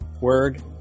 word